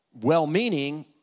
well-meaning